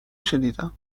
شنیدم